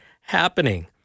happening